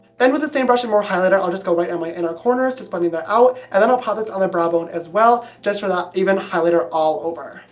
then with the same brush, and more highlighter, i'll just go right into and my inner corners, just blending that out, and then i'll pop this on the brow bone as well just for that even highlighter all over.